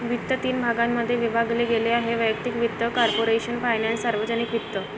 वित्त तीन भागांमध्ये विभागले गेले आहेः वैयक्तिक वित्त, कॉर्पोरेशन फायनान्स, सार्वजनिक वित्त